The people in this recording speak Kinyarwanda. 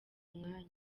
umwanya